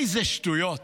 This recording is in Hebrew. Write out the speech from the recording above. אילו שטויות,